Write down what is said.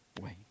wait